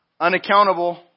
unaccountable